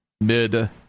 mid